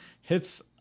hits